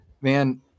Man